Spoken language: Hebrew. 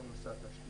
על כל נושא התשתיות,